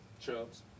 Chubs